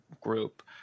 group